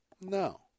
No